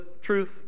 truth